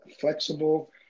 flexible